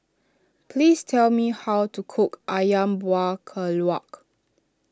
please tell me how to cook Ayam Buah Keluak